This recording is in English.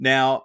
Now